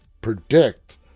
predict